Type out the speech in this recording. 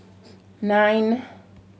nine